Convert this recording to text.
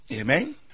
Amen